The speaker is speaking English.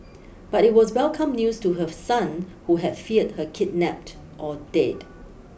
but it was welcome news to her son who had feared her kidnapped or dead